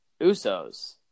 Usos